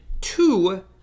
two